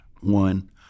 one